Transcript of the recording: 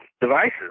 devices